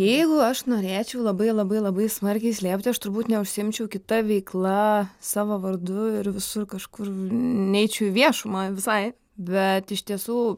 jeigu aš norėčiau labai labai labai smarkiai slėpti aš turbūt neužsiimčiau kita veikla savo vardu ir visur kažkur neičiau į viešumą visai bet iš tiesų